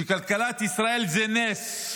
שכלכלת ישראל היא נס.